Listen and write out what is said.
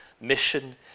mission